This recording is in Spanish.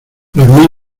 los